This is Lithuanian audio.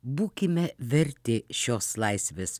būkime verti šios laisvės